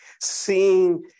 seeing